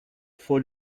for